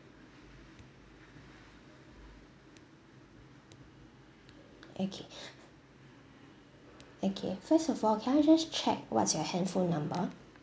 okay okay first of all can I just check what's your handphone number